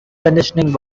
conditioning